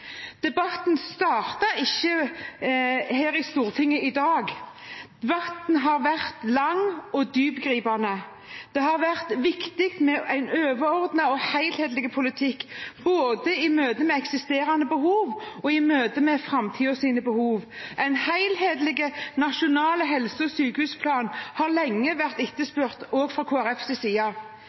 Debatten startet ikke i Stortinget i dag. Veien har vært lang og dyptgripende. Det har vært viktig med en overordnet og helhetlig politikk i møtet både med eksisterende behov og med framtidens behov. En helhetlig nasjonal helse- og sykehusplan har lenge vært etterspurt, også fra Kristelig Folkepartiets side.